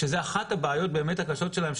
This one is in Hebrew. שזאת אחת הבעיות הבאמת קשות שלהם,